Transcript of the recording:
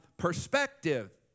Perspective